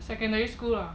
secondary school lah